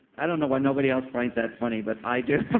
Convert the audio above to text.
i don't know why nobody else finds that funny, but i do.